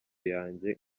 yanjye